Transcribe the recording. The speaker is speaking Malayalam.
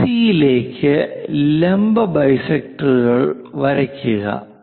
എസി യിലേക്ക് ലംബ ബൈസെക്ടറുകൾ വരയ്ക്കുക